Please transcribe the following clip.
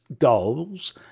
goals